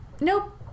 Nope